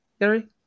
Gary